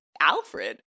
alfred